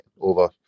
over